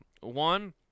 One